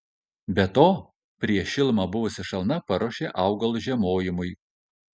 be to prieš šilumą buvusi šalna paruošė augalui žiemojimui